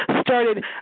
started